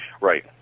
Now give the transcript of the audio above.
Right